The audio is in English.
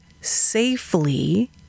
safely